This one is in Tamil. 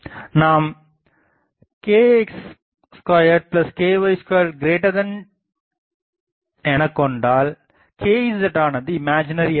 நாம் kx2ky2 0 எனக்கொண்டால் kz ஆனது இமாஜினரி ஆகும்